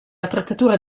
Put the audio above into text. attrezzature